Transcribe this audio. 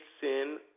sin